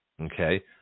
okay